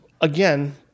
again